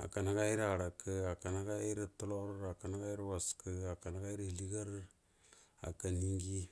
huka n həgay rə həarakəi haken hgayrs tulor, hakan həgay wrakə, hakan həhyrə həliegar, hakan hienjie.